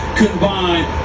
combined